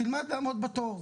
תלמד לעמוד בתור,